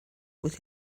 with